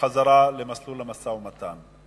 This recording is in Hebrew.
לחזרה למסלול המשא-ומתן.